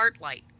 Heartlight